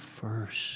first